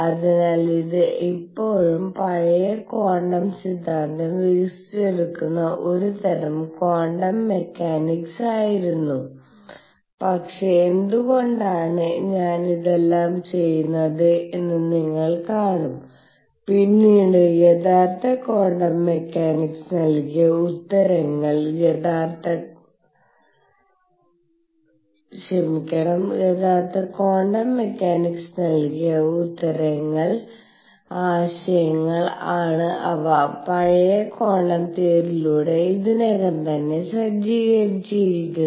അതിനാൽ ഇത് ഇപ്പോഴും പഴയ ക്വാണ്ടം സിദ്ധാന്തം വികസിപ്പിച്ചെടുക്കുന്ന ഒരു തരം ക്വാണ്ടം മെക്കാനിക്സ് ആയിരുന്നു പക്ഷേ എന്തുകൊണ്ടാണ് ഞാൻ ഇതെല്ലാം ചെയ്യുന്നത് എന്ന് നിങ്ങൾ കാണും പിന്നീട് യഥാർത്ഥ ക്വാണ്ടം മെക്കാനിക്സ് നൽകിയ ഉത്തരങ്ങൾ യഥാർത്ഥ ക്വാണ്ടം മെക്കാനിക്സ് നൽകിയ ഉത്തരങ്ങൾ ആശയങ്ങൾ ആണ് അവ പഴയ ക്വാണ്ടം തിയറിയിലൂടെ ഇതിനകം തന്നെ സജ്ജീകരിച്ചിരുന്നു